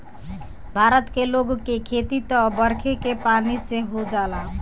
भारत के लोग के खेती त बरखे के पानी से हो जाला